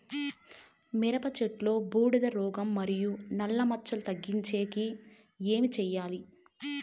మిరప చెట్టులో బూడిద రోగం మరియు నల్ల మచ్చలు తగ్గించేకి ఏమి చేయాలి?